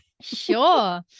Sure